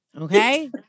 okay